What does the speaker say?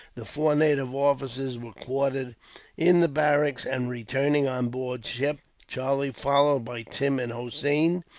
the four native officers were quartered in the barracks and, returning on board ship, charlie, followed by tim and hossein,